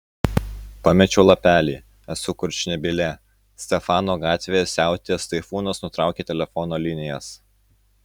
pamečiau lapelį esu kurčnebylė stefano gatvėje siautėjęs taifūnas nutraukė telefono linijas